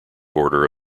border